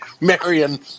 Marion